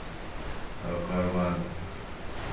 ओकरबाद